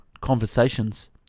Conversations